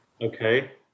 Okay